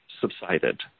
subsided